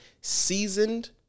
seasoned